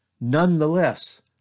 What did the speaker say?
Nonetheless